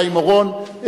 חיים אורון,